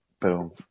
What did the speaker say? Boom